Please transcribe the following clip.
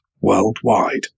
worldwide